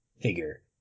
figure